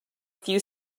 few